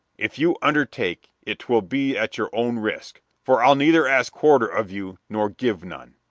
if you undertake it twill be at your own risk, for i'll neither ask quarter of you nor give none.